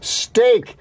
steak